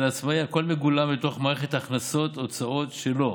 אצל העצמאי הכול מגולם בתוך מערכת ההכנסות ההוצאות שלו.